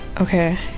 Okay